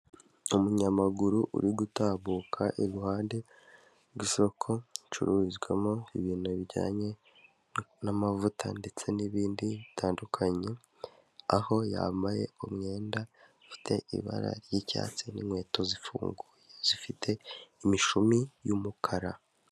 Umunyamaguru uri gutambuka iruhande rw'isoko ricururizwamo ibintu bijyanye n'amavuta ndetse n'ibindi bitandukanye aho yambaye umwenda ufite ibara ry'icyatsi n'inkweto zifunguye zifite imishumi y'umukara.